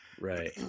Right